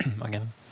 again